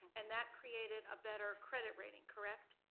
and that created a better credit rating, correct?